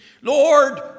Lord